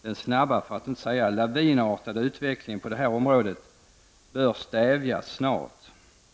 Den snabba, för att inte säga lavinartade, utvecklingen på det området bör stävjas snarast.